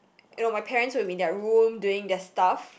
you know my parents will be in their room doing their stuff